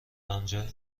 آنجا